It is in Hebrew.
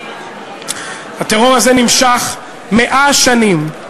הטרור הזה נמשך 100 שנים.